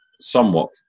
somewhat